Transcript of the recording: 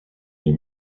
les